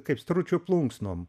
kaip stručio plunksnom